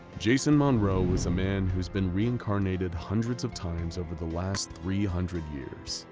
jason monroe is a man who's been reincarnated hundreds of times over the last three hundred years,